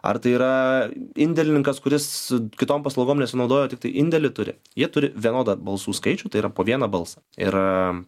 ar tai yra indėlininkas kuris kitom paslaugom nesinaudoja tiktai indėlį turi jie turi vienodą balsų skaičių tai yra po vieną balsą ir